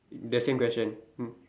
the same question mm